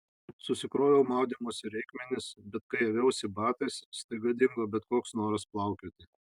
susikroviau maudymosi reikmenis bet kai aviausi batais staiga dingo bet koks noras plaukioti